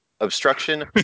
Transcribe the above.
obstruction